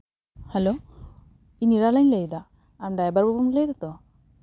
hello ᱤᱧ ᱱᱤᱨᱟᱞᱟᱧ ᱞᱟᱹᱭᱫᱟ ᱟᱢ ᱰᱟᱭᱵᱷᱟᱨ ᱵᱟᱹᱵᱩᱢ ᱞᱟᱹᱭ ᱫᱟᱛᱚ